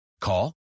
Call